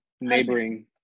neighboring